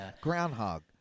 Groundhog